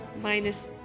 minus